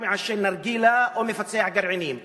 רק מעשן נרגילה או מפצח גרעינים.